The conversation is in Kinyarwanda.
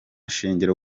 shingiro